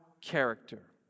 character